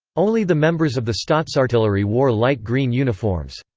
only the members of the staatsartillerie wore light green uniforms.